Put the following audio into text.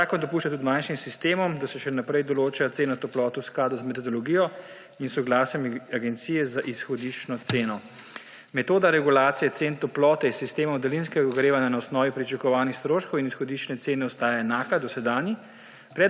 Zakon dopušča tudi manjšim sistemom, da se še naprej določa cena toplote v skladu z metodologijo in soglasjem agencije za izhodiščno ceno. Metoda regulacije cen toplote iz sistemov daljinskega ogrevanja na osnovi pričakovanih stroškov in izhodiščne cene ostaja enaka dosedanji.